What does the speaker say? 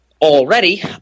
already